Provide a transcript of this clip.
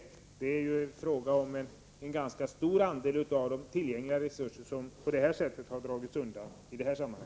Det är fråga om en ganska stor andel av de tillgängliga resurserna som på detta sätt har dragits undan.